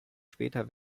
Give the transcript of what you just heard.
später